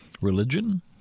Religion